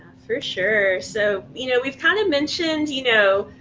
for sure, so, you know, we've kind of mentioned, you know,